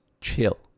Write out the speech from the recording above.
chill